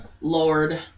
Lord